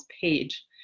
page